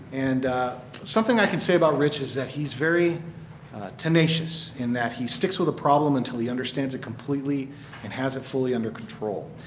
and something i can say about rich is that he is very tenacious in that he sticks with the problem until he understands it completely and has it fully under control.